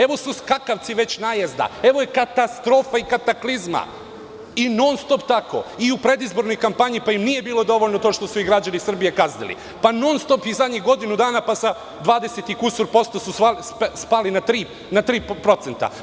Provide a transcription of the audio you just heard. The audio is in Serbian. Evo su skakavci već najezda, evo je katastrofa i kataklizma i non-stop tako i u predizbornoj kampanji, pa im nije bilo dovoljno to što su ih građani Srbije kaznili, pa non-stop, i zadnjih godinu dana, pa sa 20 i kusur posto su spali na tri procenta.